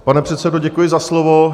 Pane předsedo, děkuji za slovo.